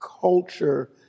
culture